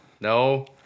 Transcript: No